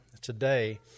today